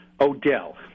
Odell